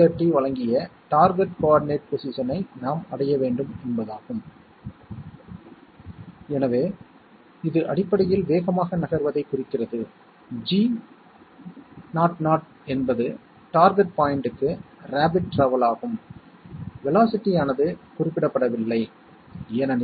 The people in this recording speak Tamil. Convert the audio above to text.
அதே வழியில் NOT கேட் அதாவது complement NAND gate AND gate மற்றும் NOT கேட் இன் கலவை இவை காட்டப்பட்டுள்ளன